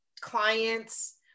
clients